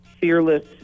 fearless